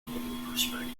perspective